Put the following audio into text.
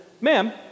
ma'am